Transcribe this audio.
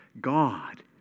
God